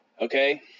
Okay